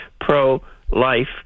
pro-life